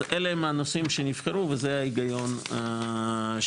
אז אלה הם הנושאים שנבחרו וזה ההיגיון שלהם.